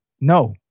No